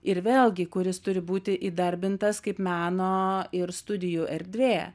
ir vėlgi kuris turi būti įdarbintas kaip meno ir studijų erdvė